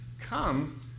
come